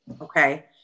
Okay